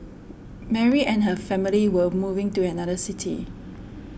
Mary and her family were moving to another city